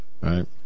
Right